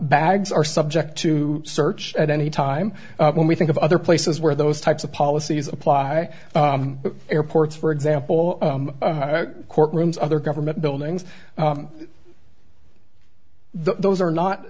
bags are subject to search at any time when we think of other places where those types of policies apply airports for example courtrooms other government buildings those are not